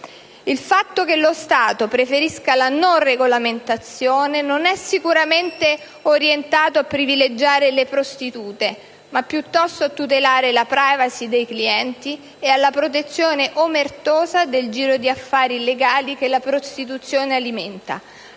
Il fatto che lo Stato preferisca la non regolamentazione non è sicuramente orientato a privilegiare le prostitute, ma piuttosto a tutelare la *privacy* dei clienti e alla protezione omertosa del giro di affari illegali che la prostituzione alimenta.